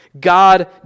God